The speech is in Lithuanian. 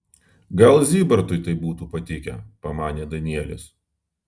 gal zybartui tai būtų patikę pamanė danielis